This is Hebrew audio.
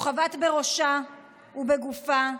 הוא חבט בראשה ובגופה.